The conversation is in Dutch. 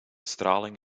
straling